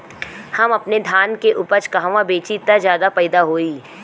हम अपने धान के उपज कहवा बेंचि त ज्यादा फैदा होई?